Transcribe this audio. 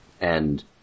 And-